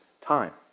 time